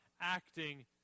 acting